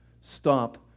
stop